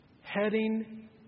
heading